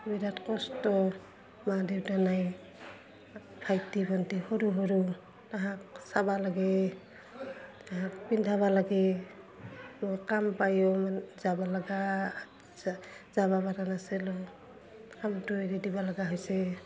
বিৰাট কষ্ট মা দেউতা নাই ভাইটি ভন্টি সৰু সৰু তাহাঁতক চাব লাগে তাহাঁতক পিন্ধাব লাগে মোৰ কাম পায়ো যাব লগা যাব পৰা নাছিলোঁ কামটো এৰি দিব লগা হৈছে